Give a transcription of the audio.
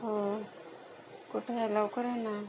हो कुठे आहे लवकर ये ना